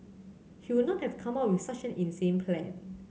he would not have come up with such an insane plan